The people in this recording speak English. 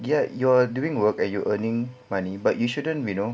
ya you're doing work like you're earning money but you shouldn't you know